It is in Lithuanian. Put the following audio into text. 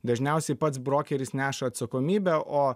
dažniausiai pats brokeris neša atsakomybę o